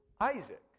Isaac